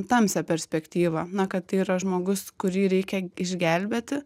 tamsią perspektyvą na kad tai yra žmogus kurį reikia išgelbėti